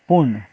पूण